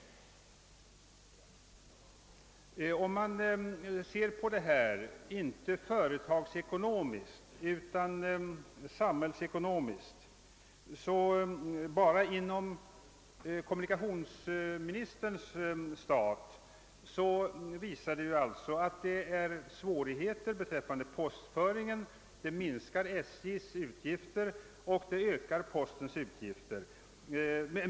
Om man inte ser på denna utveckling företagsekonomiskt utan samhällsekonomiskt visar det sig, att det enbart inom kommunikationsdepartemen tets område blir svårigheter med postföringen, vilka minskar SJ:s inkomster och ökar postens utgifter.